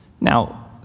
Now